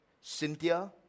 Cynthia